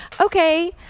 okay